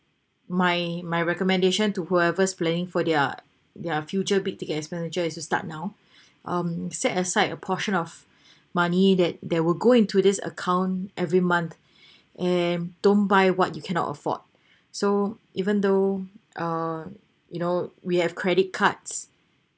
my my recommendation to whoever's planning for their their future big ticket expenditure is to start now um set aside a portion of money that that would go into this account every month and don't buy what you cannot afford so even though uh you know we have credit cards